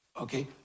Okay